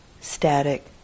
static